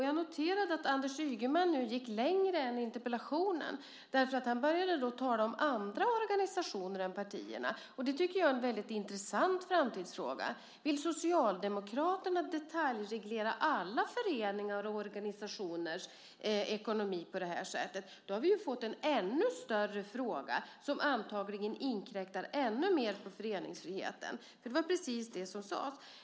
Jag noterade att Anders Ygeman nu gick längre än i interpellationen och började tala om andra organisationer än partierna. Det tycker jag är en väldigt intressant framtidsfråga. Vill Socialdemokraterna detaljreglera alla föreningars och organisationers ekonomi på det här sättet? Då har vi fått en ännu större fråga som antagligen inkräktar ännu mer på föreningsfriheten. Det var precis det som sades.